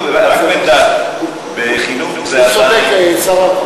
צודק שר הרווחה.